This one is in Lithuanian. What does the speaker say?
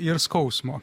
ir skausmo